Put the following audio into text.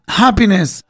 happiness